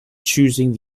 choosing